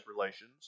relations